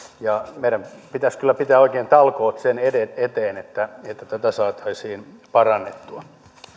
ja meidän pitäisi kyllä pitää oikein talkoot sen eteen eteen että tätä saataisiin parannettua